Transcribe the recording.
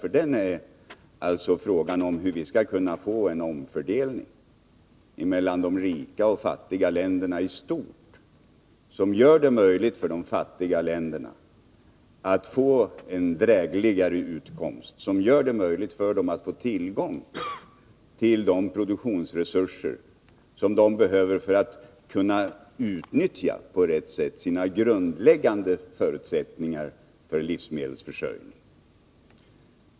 För den frågan gäller hur vi skall kunna få en omfördelning mellan de rika och de fattiga länderna i stort, som gör det möjligt för de fattiga länderna att få en drägligare utkomst, som gör det möjligt för dem att få tillgång till de produktionsresurser som de behöver för att på rätt sätt kunna utnyttja sina grundläggande förutsättningar för livsmedelsförsörjning.